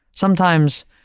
sometimes,